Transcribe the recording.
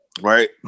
Right